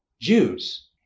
Jews